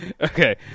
Okay